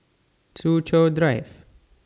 Soo Chow Drive